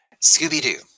Scooby-Doo